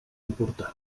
important